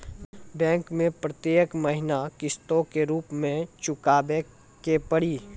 Bank मैं प्रेतियेक महीना किस्तो के रूप मे चुकाबै के पड़ी?